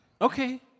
okay